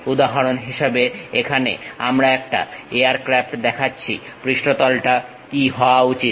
উদাহরণ হিসেবে এখানে আমরা একটা এয়ারক্রাফট দেখাচ্ছি পৃষ্ঠতলটা কি হওয়া উচিত